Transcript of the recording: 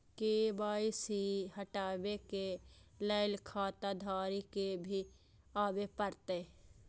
KYC हटाबै के लैल खाता धारी के भी आबे परतै?